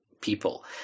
people